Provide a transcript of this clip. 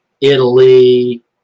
Italy